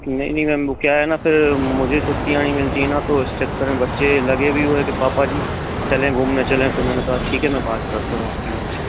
नहीं नहीं मैम वह क्या है न फिर मुझे छुट्टियाँ नहीं मिलती है न तो इस चक्कर में बच्चे लगे भी हुए थे पापा जी चलें घूमने चलें तो मैंने कहा तो मैंने कहा ठीक है मैं बात करता हूँ आपकी मैम से